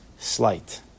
Slight